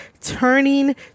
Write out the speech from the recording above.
turning